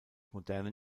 modernen